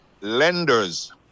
lenders